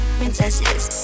princesses